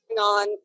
on